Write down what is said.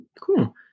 cool